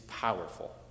powerful